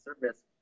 service